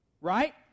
right